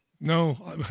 No